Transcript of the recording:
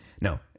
No